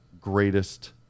greatest